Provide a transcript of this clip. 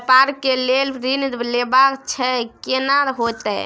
व्यापार के लेल ऋण लेबा छै केना होतै?